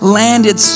landed